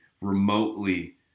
remotely